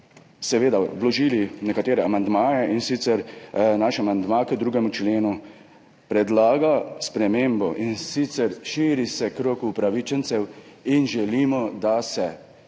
seveda vložili nekatere amandmaje, in sicer naš amandma k 2. členu predlaga spremembo, in sicer širi se krog upravičencev in želimo, da se